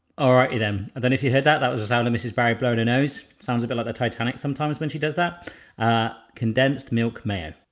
alrighty then, and then if you heard that, that was as out of mrs. barry broden lewis, sounds bit like titanic sometimes when she does that. a condensed milk mayo.